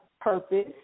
purpose